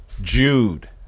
jude